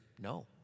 no